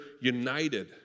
united